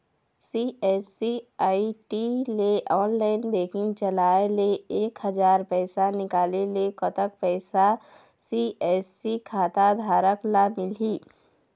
CSC ID ले online banking चलाए ले एक हजार पैसा निकाले ले कतक पैसा सी.एस.सी खाता धारक ला मिलही?